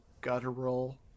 guttural